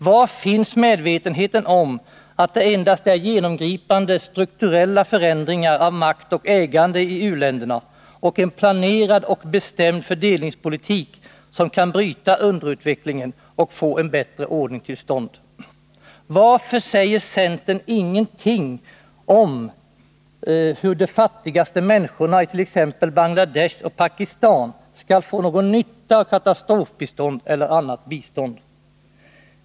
Var finns medvetenheten om att det endast är genomgripande strukturella förändringar av makt och ägande i u-länderna och en planerad och bestämd fördelningspolitik som kan bryta underutvecklingen och få en bättre ordning till stånd? Varför säger centern ingenting om hur ”de fattigaste människorna” i t.ex. Bangladesh och Pakistan skall få någon nytta av katastrofbistånd eller annat bistånd?